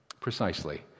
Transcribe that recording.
precisely